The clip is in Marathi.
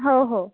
हो हो